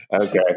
Okay